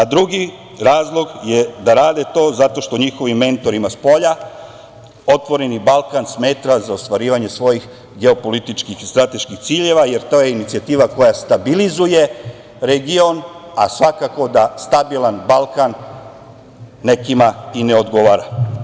Drugi razlog je da rade to zato što njihovim mentorima spolja "Otvoreni Balkan" smeta za ostvarivanje svojih geopolitičkih i strateških ciljeva, jer to je inicijativa koja stabilizuje region, a svakako da stabilan Balkan nekima i ne odgovara.